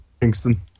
Kingston